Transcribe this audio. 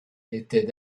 étaient